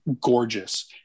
gorgeous